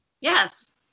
yes